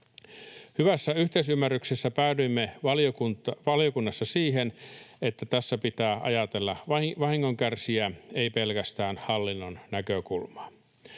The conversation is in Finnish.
Hyvässä yhteisymmärryksessä päädyimme valiokunnassa siihen, että tässä pitää ajatella vahingon kärsijää, ei pelkästään hallinnon näkökulmaa.